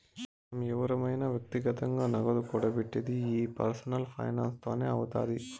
మనం ఎవురమైన వ్యక్తిగతంగా నగదు కూడబెట్టిది ఈ పర్సనల్ ఫైనాన్స్ తోనే అవుతాది